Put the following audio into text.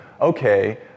okay